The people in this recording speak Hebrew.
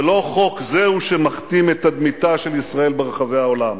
ולא חוק זה הוא שמכתים את תדמיתה של ישראל ברחבי העולם.